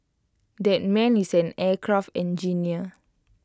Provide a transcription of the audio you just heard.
that man is an aircraft engineer